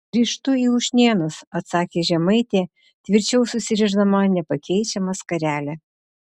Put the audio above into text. grįžtu į ušnėnus atsakė žemaitė tvirčiau susirišdama nepakeičiamą skarelę